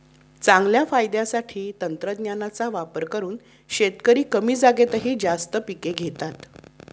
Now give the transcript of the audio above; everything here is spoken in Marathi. चांगल्या फायद्यासाठी तंत्रज्ञानाचा वापर करून शेतकरी कमी जागेतही जास्त पिके घेतात